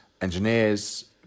engineers